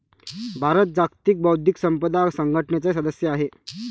भारत जागतिक बौद्धिक संपदा संघटनेचाही सदस्य आहे